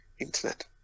internet